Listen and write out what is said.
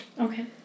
Okay